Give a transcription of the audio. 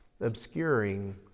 obscuring